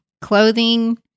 clothing